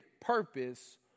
purpose